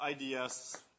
IDS